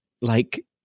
Like-